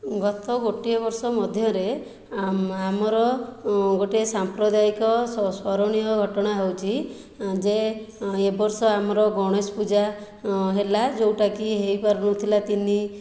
ଗତ ଗୋଟିଏ ବର୍ଷ ମଧ୍ୟରେ ଆମର ଗୋଟିଏ ସାମ୍ପ୍ରଦାୟିକ ସ୍ମରଣୀୟ ଘଟଣା ହେଉଛି ଯେ ଏ ବର୍ଷ ଆମର ଗଣେଶ ପୂଜା ହେଲା ଯେଉଁଟା କି ହୋଇପାରୁନଥିଲା ତିନି